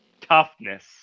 toughness